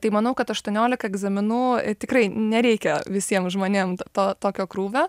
tai manau kad aštuoniolika egzaminų tikrai nereikia visiem žmonėm to tokio krūvio